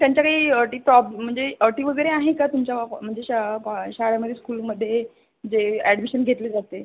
त्यांच्या काही अटी वगैरे आहे का तुमच्या म्हणजे शाळेमध्ये स्कूलमध्ये जे ॲडमिशन घेतली जाते